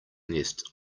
nest